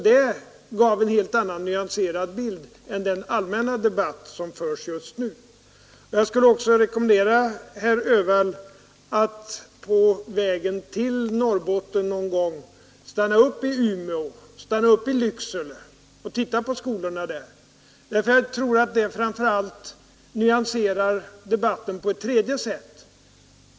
Där gavs en helt annan och mera nyanserad bild än i den allmänna debatt som förs just nu. Jag skulle också rekommendera herr Öhvall att på vägen till Norrbotten någon gång stanna i Umeå och i Lycksele och se på skolorna där. De visar att debatten kan nyanseras på ett tredje sätt.